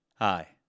Hi